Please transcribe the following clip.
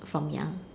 from young